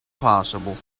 possible